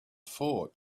fort